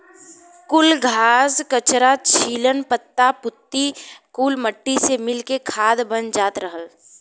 कुल घास, कचरा, छीलन, पत्ता पुत्ती कुल मट्टी से मिल के खाद बन जात रहल